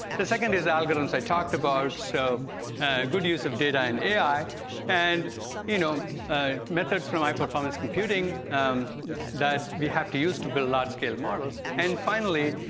the second is algorithms i talked about. so good use of data in ai and you know ah methods from high-performance computing that we have to use to build large-scale models and finally,